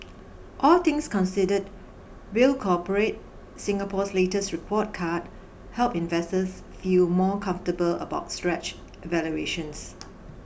all things considered will cooperate Singapore's latest report card help investors feel more comfortable about stretch valuations